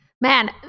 Man